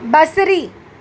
बसरी